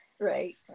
Right